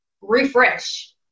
Refresh